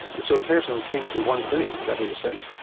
so the person came to one clinic, is that what you're saying?